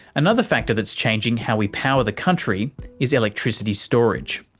another factor that is changing how we power the country is electricity storage.